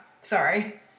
Sorry